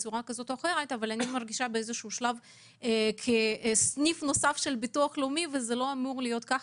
אבל אני מרגישה כסניף נוסף של ביטוח לאומי וזה לא אמור להיות כך,